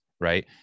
right